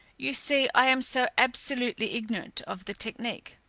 you see, i am so absolutely ignorant of the technique.